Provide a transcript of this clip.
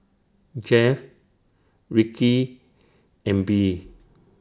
Geoff Rikki and Bee